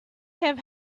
have